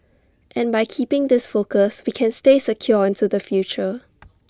and by keeping this focus we can stay secure into the future